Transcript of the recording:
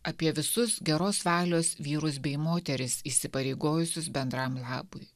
apie visus geros valios vyrus bei moteris įsipareigojusius bendram labui